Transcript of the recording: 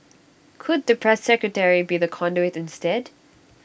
could the press secretary be the conduit instead